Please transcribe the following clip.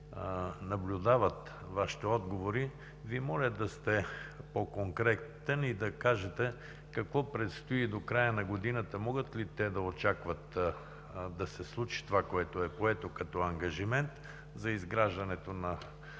наблюдават Вашите отговори, Ви моля да сте по-конкретен и да кажете: какво предстои до края на годината, могат ли те да очакват да се случи това, което е поето като ангажимент за изграждането на